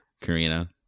Karina